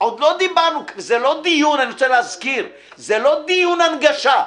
אני רוצה להזכיר, זה לא דיון על הנגשה,